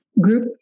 group